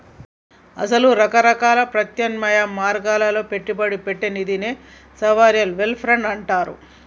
అసల రకరకాల ప్రత్యామ్నాయ మార్గాల్లో పెట్టుబడి పెట్టే నిదినే సావరిన్ వెల్త్ ఫండ్ అంటారు